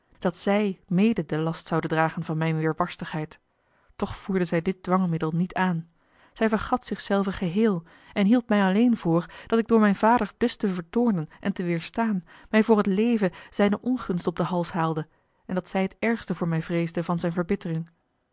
dat zij mede den last zoude dragen van mijne weêrbarstigheid toch voerde zij dit dwangmiddel niet aan zij vergat zich zelve geheel en hield mij alleen voor dat ik door mijn vader dus te vertoornen en te weêrstaan mij voor het leven zijne ongunst op den hals haalde en dat zij het ergste voor mij vreesde van zijne verbittering